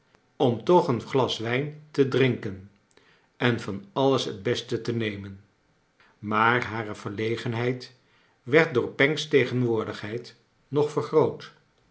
om toch een glas wrjn te drink en en van alles het beste te nemen maar hare verlegenheid werd cioor pancks tegenwoordigheid nog vergroot